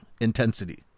intensity